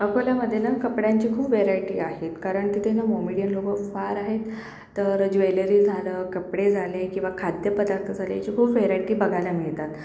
अकोल्यामध्ये ना कपड्यांची खूप व्हेरायटी आहेत कारण तिथे ना मोमेडियन लोकं फार आहेत तर ज्वेलरी झालं कपडे झाले किंवा खाद्यपदार्थ झाले ह्याची खूप व्हेरायटी बघायला मिळतात